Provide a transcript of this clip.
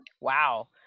Wow